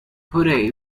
hooray